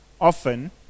often